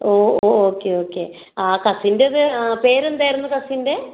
ഓ okay okay ആ കസിൻ്റെത് പേര് എന്തായിരുന്നു കസിൻ്റെ